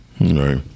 Right